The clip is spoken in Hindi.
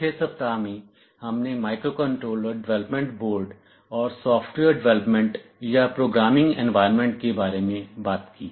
चौथे सप्ताह में हमने माइक्रोकंट्रोलर डेवलपमेंट बोर्ड और सॉफ्टवेयर डेवलपमेंट या प्रोग्रामिंग एनवायरनमेंट के बारे में बात की